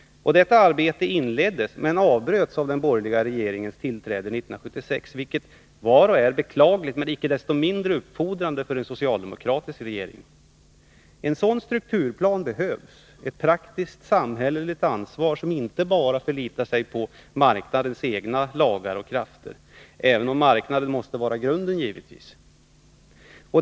Detta arbete inleddes, men avbröts av den borgerliga regeringens tillträde 1976, vilket var och är beklagligt men icke desto mindre uppfordrande för en socialdemokratisk regering. En sådan strukturplan behövs, ett praktiskt samhälleligt arbete som inte bara förlitar sig på marknadens egna lagar och krafter — även om marknaden givetvis måste vara grunden.